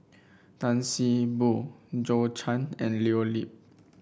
Tan See Boo Zhou Can and Leo Yip